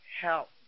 help